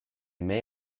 may